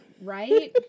right